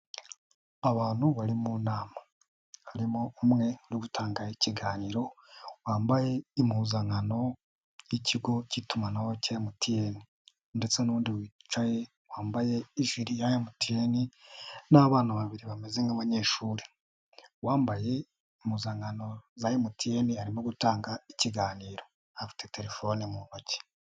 Abantu bari mu nama. Harimo umwe no gutanga ikiganiro wambaye impuzankano y'ikigo cy'itumanaho cya MTN. Ndetse n'undi wicaye wambaye ijili ya MTN, n'abana babiri bameze nk'abanyeshuri. Uwambaye impuzankano za MTN, arimo gutanga ikiganiro. Afite telefone mu ntoki.